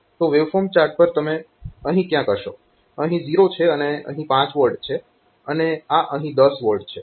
તો waveform chart પર તમે અહીં ક્યાંક હશો અહીં 0 છે અને અહીં 5 V છે અને આ અહીં 10 V છે